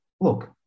look